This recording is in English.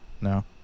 No